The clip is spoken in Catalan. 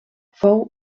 fou